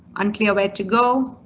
unclear where to go.